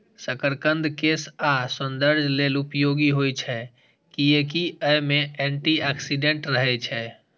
शकरकंद केश आ सौंदर्य लेल उपयोगी होइ छै, कियैकि अय मे एंटी ऑक्सीडेंट रहै छै